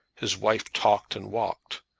his wife talked and walked.